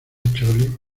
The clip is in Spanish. chole